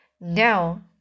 No